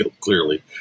clearly